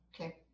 Okay